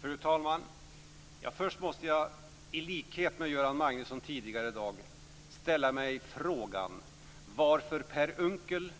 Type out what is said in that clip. Fru talman! Först måste jag, i likhet med Göran Magnusson tidigare i dag, ställa mig frågan varför Per Unckel,